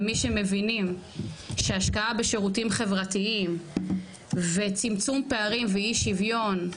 ומי שמבינים שהשקעה בשירותים חברתיים וצמצום פערים ואי שוויון,